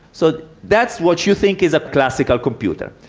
so that's what you think is a classical computer.